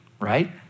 right